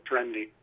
trendy